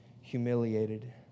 humiliated